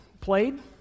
played